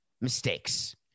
mistakes